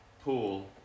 pool